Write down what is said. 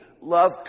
Love